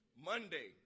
Monday